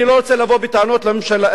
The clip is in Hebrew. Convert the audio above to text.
אני לא רוצה לבוא בטענות למשטרה.